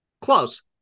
Close